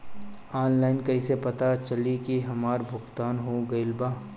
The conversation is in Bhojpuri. ऑनलाइन कईसे पता चली की हमार भुगतान हो गईल बा?